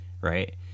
right